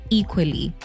equally